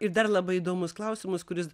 ir dar labai įdomus klausimus kuris